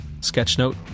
sketchnote